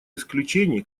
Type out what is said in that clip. исключений